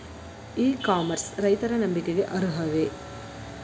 E commerce ರೈತರ ನಂಬಿಕೆಗೆ ಅರ್ಹವೇ?